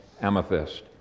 amethyst